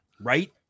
Right